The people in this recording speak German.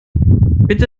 bitte